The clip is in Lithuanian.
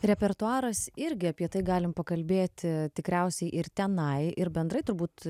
repertuaras irgi apie tai galim pakalbėti tikriausiai ir tenai ir bendrai turbūt